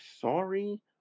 sorry